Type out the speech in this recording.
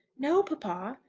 no, papa.